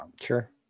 Sure